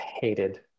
hated